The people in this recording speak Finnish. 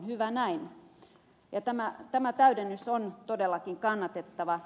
hyvä näin tämä täydennys on todellakin kannatettava